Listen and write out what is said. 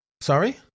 Sorry